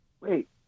wait